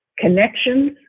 connections